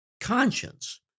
conscience